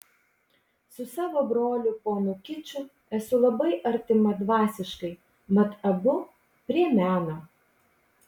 su savo broliu ponu kiču esu labai artima dvasiškai mat abu prie meno